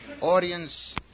audience